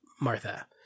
Martha